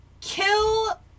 Kill